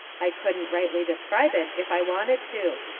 i couldn't rightly describe it if i wanted to.